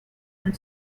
and